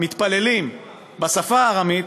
מתפללים בשפה הארמית,